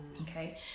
okay